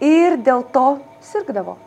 ir dėl to sirgdavo